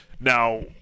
Now